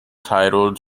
titled